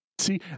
See